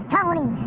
Tony